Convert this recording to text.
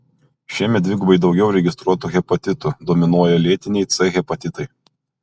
šiemet dvigubai daugiau registruotų hepatitų dominuoja lėtiniai c hepatitai